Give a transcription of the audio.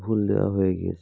ভুল দেওয়া হয়ে গিয়েছে